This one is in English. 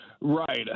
Right